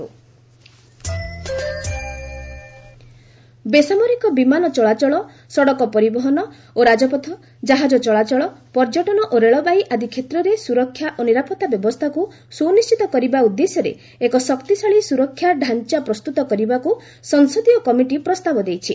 road safety ବେସାମରିକ ବିମାନ ଚଳାଚଳ ସଡ଼କ ପରିବହନ ଓ ରାଜପଥ ଜାହାଜ ଚଳାଚଳ ପର୍ଯ୍ୟଟନ ଓ ରେଳବାଇ ଆଦି କ୍ଷେତ୍ରରେ ସୁରକ୍ଷା ଓ ନିରାପତ୍ତା ବ୍ୟବସ୍ଥାକୁ ସୁନିଶ୍ଚିତ କରିବା ଉଦ୍ଦେଶ୍ୟରେ ଏକ ଶକ୍ତିଶାଳୀ ସୁରକ୍ଷା ଢ଼ାଞ୍ଚା ପ୍ରସ୍ତୁତ କରିବାକୁ ଏକ ସଂସଦୀୟ କମିଟି ପ୍ରସ୍ତାବ ଦେଇଛି